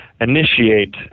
initiate